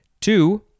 Two